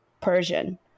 Persian